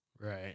Right